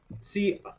See